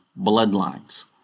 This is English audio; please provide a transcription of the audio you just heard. bloodlines